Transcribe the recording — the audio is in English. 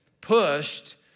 pushed